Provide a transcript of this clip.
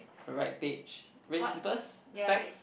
right page red slippers specs